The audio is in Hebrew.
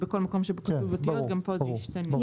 בכל מקום שבו כתוב אותיות גם פה זה ישתנה.